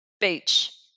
beach